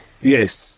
Yes